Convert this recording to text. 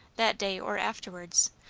that day or afterwards,